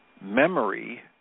memory